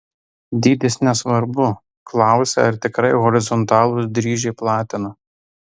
dydis nesvarbu klausia ar tikrai horizontalūs dryžiai platina